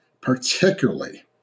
particularly